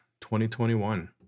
2021